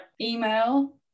email